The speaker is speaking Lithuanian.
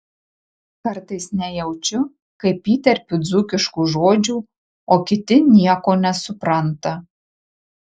kartais nejaučiu kaip įterpiu dzūkiškų žodžių o kiti nieko nesupranta